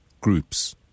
groups